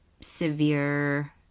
severe